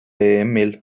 emil